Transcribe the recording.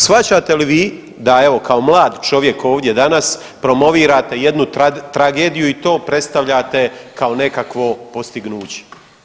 Shvaćate li da evo kao mlad čovjek ovdje danas promovirate jednu tragediju i to predstavljate kao nekakvo postignuće?